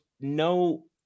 no